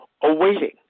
awaiting